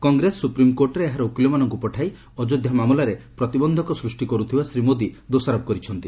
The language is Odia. କଂଗ୍ରେସ ସୁପ୍ରିମକୋର୍ଟରେ ଏହାର ଓକିଲମାନଙ୍କୁ ପଠାଇ ଅଯୋଧ୍ୟା ମାମଲାରେ ପ୍ରତିବନ୍ଧକ ସ୍ଚୁଷ୍ଟି କରୁଥିବାର ଶ୍ରୀ ମୋଦି ଦୋଷାରୋପ କରିଛନ୍ତି